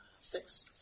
Six